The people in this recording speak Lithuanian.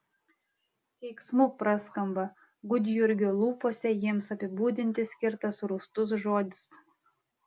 keiksmu praskamba gudjurgio lūpose jiems apibūdinti skirtas rūstus žodis